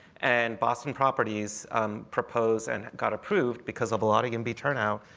and boston properties proposed, and got approved, because of a lot of yimby turnout,